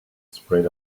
spread